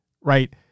Right